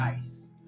ice